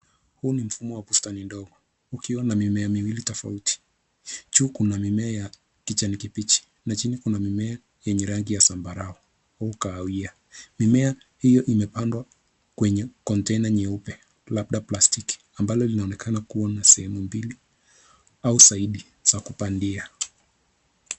Huu ni mfumo wa bustani ndgo ukiwa na mimea miwili tofauti. Juu kun mimea ya kijani kibichi na chini kuna mimea yenye rangi ya zambarau aua kahawia. Mimea hio imepandwa kwenye kontena nyeupe, labda plastiki ambalo linaonekana kuwa na sehemu mbili au zaidi za kupandia.